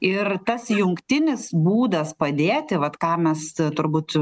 ir tas jungtinis būdas padėti vat ką mes turbūt